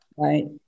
Right